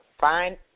Fine